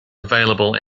available